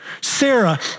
Sarah